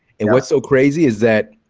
and what's so crazy is that,